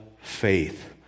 faith